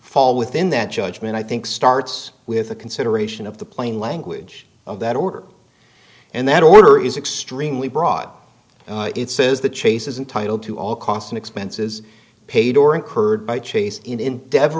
fall within that judgment i think starts with a consideration of the plain language of that order and that order is extremely broad it says the chase is entitle to all costs and expenses paid or incurred by chase in ende